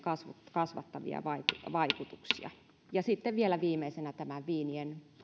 kasvattavia vaikutuksia sitten vielä viimeisenä viinien